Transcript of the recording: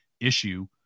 issue